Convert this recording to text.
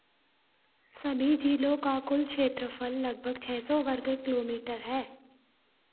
सभी झीलों का कुल क्षेत्रफल लगभग छः सौ वर्ग किलो मीटर है